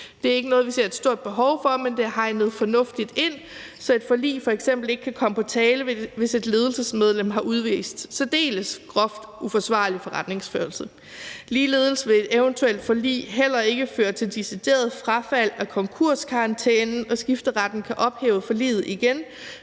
Det er ikke noget, vi ser et stort behov for, men det er hegnet fornuftigt ind, så et forlig f.eks. ikke kan komme på tale, hvis et ledelsesmedlem har udvist særdeles groft uforsvarlig forretningsførelse. Ligeledes vil et eventuelt forlig heller ikke føre til decideret frafald af konkurskarantænen, og skifteretten kan ophæve forliget igen,